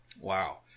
Wow